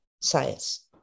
science